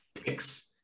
picks